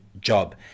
job